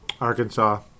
Arkansas